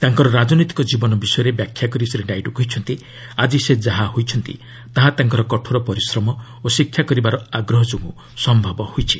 ତାଙ୍କର ରାଜନୈତିକ ଜୀବନ ବିଷୟରେ ବ୍ୟାଖ୍ୟା କରି ଶ୍ରୀ ନାଇଡ଼ କହିଛନ୍ତି ଆକି ସେ ଯାହା ହୋଇଛନ୍ତି ତାହା ତାଙ୍କର କଠୋର ପରିଶ୍ରମ ଓ ଶିକ୍ଷା କରିବାର ଆଗ୍ରହ ଯୋଗୁଁ ସମ୍ଭବ ହୋଇଛି